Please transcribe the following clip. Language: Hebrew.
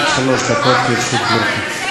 עד שלוש דקות לרשות גברתי.